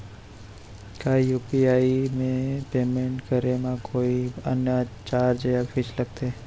का यू.पी.आई से पेमेंट करे म कोई अन्य चार्ज या फीस लागथे?